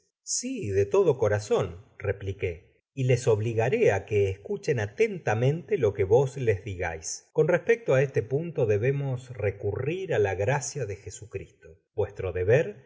sí de todo corazón repliqué y les obiigacé áiqoe escuchen atentamente lo que vos ies digais con respecto á este punto debemos recurrir ála gra ciatdet jesucristo vuestro deber